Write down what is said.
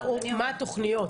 מה התכניות?